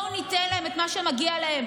בואו ניתן להם את מה שמגיע להם,